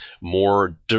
more